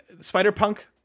Spider-Punk